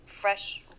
fresh